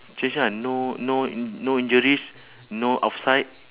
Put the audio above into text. change lah no no in~ no injuries no offside